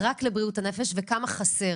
רק לבריאות הנפש וכמה חסר.